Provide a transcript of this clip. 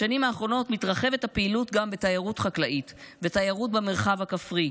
בשנים האחרונות מתרחבת הפעילות גם בתיירות חקלאית ותיירות במרחב הכפרי.